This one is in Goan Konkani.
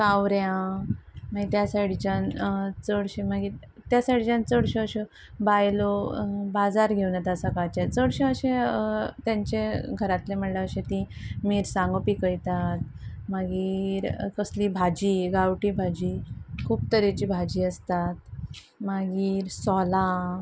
कावऱ्यां मागीर त्या सायडीच्यान चडशे मागीर त्या सायडीच्यान चडश्यो अश्यो बायलो बाजार घेवन येता सकाळचे चडशे अशें तेंचे घरांतले म्हणल्यार अशें ती मिरसांगो पिकयतात मागीर कसली भाजी गांवटी भाजी खूब तरेची भाजी आसतात मागीर सोलां